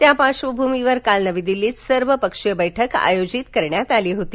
त्या पार्श्वभूमीवर काल नवी दिल्लीत सर्वपक्षीय बैठक आयोजित करण्यात आली होती